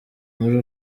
muri